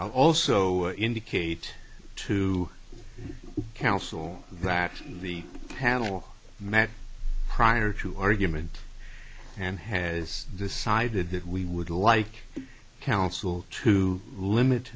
also indicate to counsel that the panel met prior to argument and has decided that we would like counsel to limit